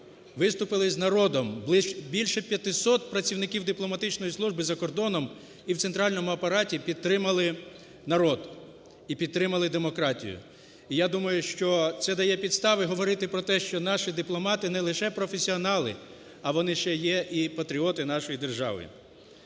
виступили з народом, більше 500 представників дипломатичної служби за кордоном і в центральному апараті підтримали народ і підтримали демократію. І я думаю, що це дає підстави говорити про те, що наші дипломати – не лише професіонали, а вони ще є патріоти нашої держави.